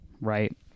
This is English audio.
right